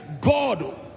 God